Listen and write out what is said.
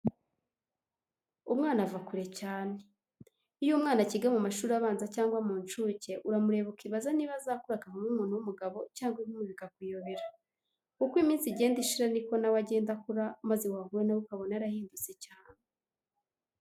Umwana ava kure cyane. Iyo umwana akiga mu mashuri abanza cyangwa mu nshuke uramureba ukibaza niba azakura akavamo umuntu w'umugabo cyangwa inkumi bikakuyobera. Uko iminsi igenda ishira ni ko na we agenda akura maze wahura na we ukabona yarahindutse cyane.